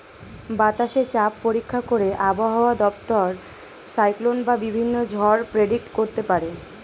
বাতাসে চাপ পরীক্ষা করে আবহাওয়া দপ্তর সাইক্লোন বা বিভিন্ন ঝড় প্রেডিক্ট করতে পারে